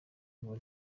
ngo